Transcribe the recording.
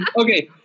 Okay